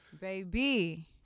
Baby